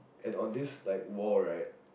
and on this like wall right